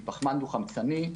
מפחמן דו חמצני,